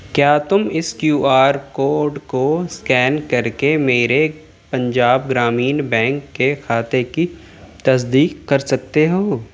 کیا تم اس کیو آر کوڈ کو اسکین کر کے میرے پنجاب گرامین بینک کے خاتے کی تصدیق کر سکتے ہو